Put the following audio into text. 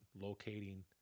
locating